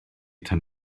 tan